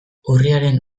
urriaren